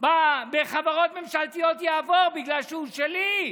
בחברות ממשלתיות יעבור, בגלל שהוא שלי,